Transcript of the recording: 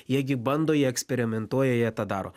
jie gi bando jie eksperimentuoja jie tą daro